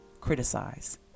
criticize